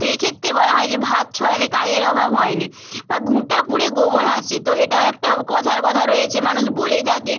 তো এক্ষেত্রে বলা হয় যে ভাত ছড়ালে কাকের অভাব হয়নি বা ঘুঁটে পুড়ে গোবর হাসে তো এটাও একটা কথার কথা রয়েছে মানুষ বলেই থাকে